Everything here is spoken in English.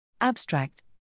Abstract